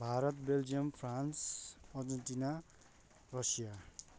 Bharat Belgium France Argentina Russia